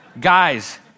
Guys